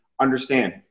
understand